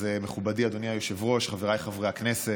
מכובדי, אדוני היושב-ראש, חבריי חברי הכנסת,